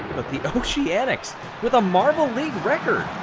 but the oceanics with a marble league record.